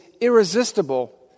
irresistible